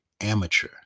amateur